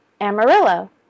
Amarillo